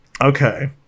Okay